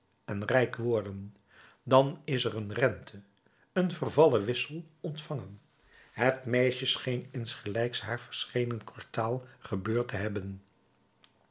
en rijk worden dan is er een rente een vervallen wissel ontvangen het meisje scheen insgelijks haar verschenen kwartaal gebeurd te hebben